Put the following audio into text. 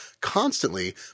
constantly